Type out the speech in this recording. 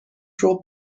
ربع